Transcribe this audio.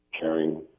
caring